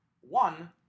one